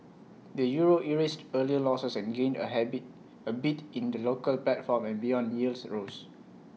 the euro erased earlier losses and gained A high bit A bit in the local platform and beyond yields rose